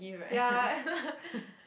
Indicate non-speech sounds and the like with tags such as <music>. ya <laughs>